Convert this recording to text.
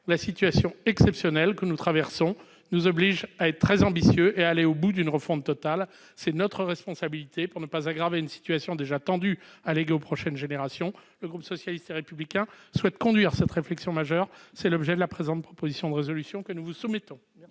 la situation exceptionnelle que nous traversons nous oblige à être très ambitieux et à aller au bout d'une refonte totale. C'est notre responsabilité, pour ne pas aggraver une situation déjà tendue et éviter de la léguer aux prochaines générations. Le groupe socialiste et républicain souhaite conduire cette réflexion majeure. Tel est l'objet de la proposition de résolution que nous vous soumettons. La